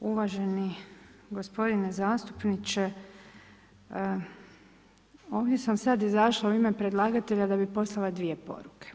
Uvaženi gospodine zastupniče, ovdje sam sad izašla u ime predlagatelja da bi poslala dvije poruke.